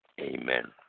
Amen